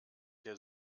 der